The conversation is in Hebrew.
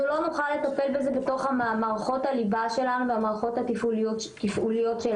אנחנו לא נוכל לטפל בזה בתוך מערכות הליבה והמערכות התפעוליות שלנו.